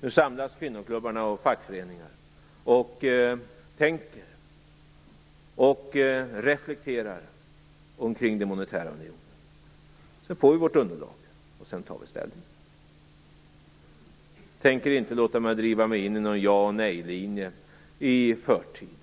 nu samlas kvinnoklubbarna och fackföreningar och tänker och reflekterar kring den monetära unionen. Sedan får vi vårt underlag, och därefter tar vi ställning. Jag tänker inte låta mig drivas in i någon ja eller nej-linje i förtid.